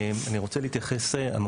אני רוצה להתייחס לדברים שאמרת,